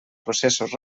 processos